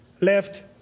left